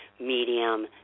medium